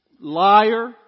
Liar